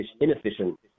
inefficient